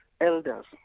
elders